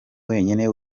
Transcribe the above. wenyine